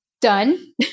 Done